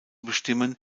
bestimmen